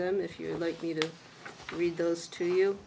them if you like me to read those to you